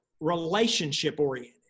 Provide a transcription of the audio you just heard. relationship-oriented